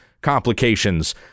complications